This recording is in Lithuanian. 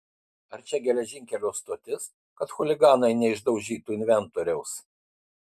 ar čia geležinkelio stotis kad chuliganai neišdaužytų inventoriaus